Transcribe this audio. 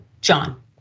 John